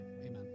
amen